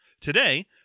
Today